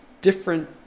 different